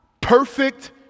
perfect